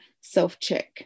self-check